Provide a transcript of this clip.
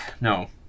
No